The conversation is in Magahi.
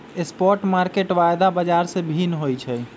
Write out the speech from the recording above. स्पॉट मार्केट वायदा बाजार से भिन्न होइ छइ